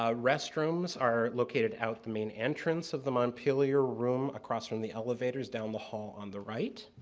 ah restrooms are located out the main entrance of the montpelier room across from the elevators down the hall on the right.